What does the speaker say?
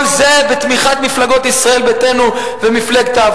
בכ-45% כל זה בתמיכת מפלגות ישראל ביתנו והעבודה,